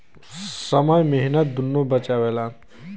समय मेहनत दुन्नो बचावेला